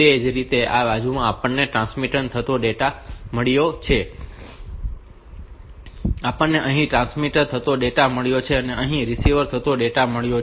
તેવી જ રીતે આ બાજુએ આપણને ટ્રાન્સમિટ થતો ડેટા મળ્યો છે અને આપણને અહીં ટ્રાન્સમિટ થતો ડેટા મળ્યો છે અને અહીં રિસીવ થતો ડેટા મળ્યો છે